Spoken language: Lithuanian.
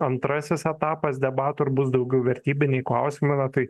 antrasis etapas debatų ir bus daugiau vertybiniai klausimai na tai